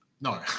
No